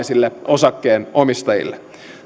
osakkeenomistajille tämä on kalliimpaa toteuttaa